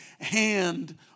hand